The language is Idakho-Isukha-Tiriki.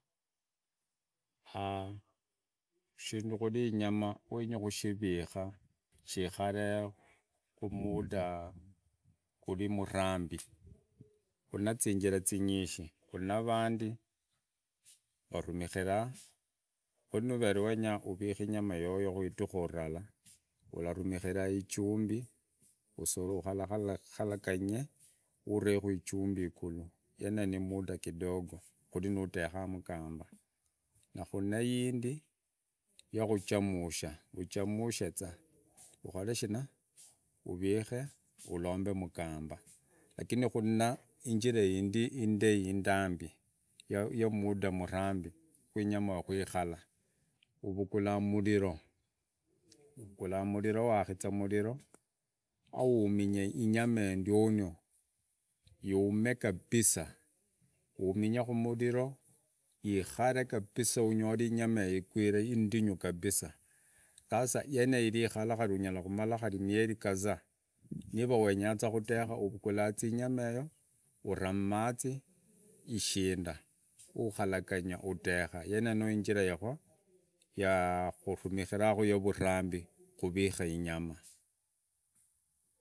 shindu kuri inyama wengi kushirika, shikaree kumuunda kuri murambi, kuri na zinjira singishi, kuri na vandi varamikira, kuri nuvere wenya kurika inyama yoyo kuridiku rlala urarumıkıra ijumbi usuru ekarakaraganye ereku ijumbi kidogo igulu yeneyo ni muda kidogo kuri nudekaa mugamba na kuri na yindi ya kuchamusha uchamushe zaa, ukore shina, urike urombe mugamba lakini kuri na injira yindi indai ya muda murambi ya inyama kwikara uvakura muriro wakiza muriro auminya inyama yego ndiono yuume kabisa, uminye kumuliro ikare kabisa unyore inyama yeyo igwire indinyu kabisa sasa yeneo ilikara unyarakumara mieri kadhaa, niva wenyaza kudeka uvagula za inyama yeneyo uramai ishinda ukaraganya udeka yeneyo ni injira ya kuramikiraku ya vurambi ya kuvika inyamaa.